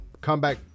Comeback